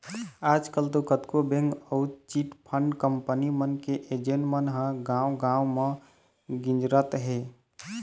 आजकल तो कतको बेंक अउ चिटफंड कंपनी मन के एजेंट मन ह गाँव गाँव म गिंजरत हें